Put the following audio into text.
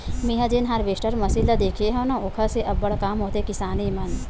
मेंहा जेन harvester machine ल देखे हव न ओखर से अब्बड़ काम होथे किसानी मन